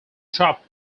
dropped